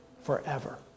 forever